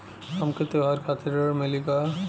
हमके त्योहार खातिर ऋण मिली का?